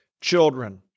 children